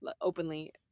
openly